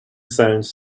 sounds